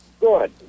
good